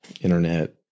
internet